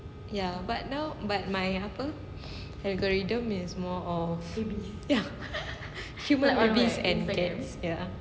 ya but now but my apa algorithm is more of ya human babies and cats